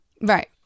Right